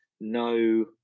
no